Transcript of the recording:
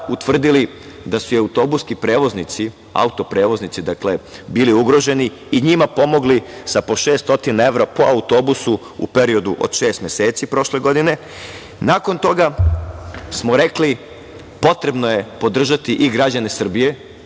utvrdili da su i autobuski prevoznici auto-prevoznici, dakle, bili ugroženi i njima pomogli sa po 600 evra po autobusu u periodu od šest meseci prošle godine. Nakon toga smo rekli – potrebno je podržati i građane Srbije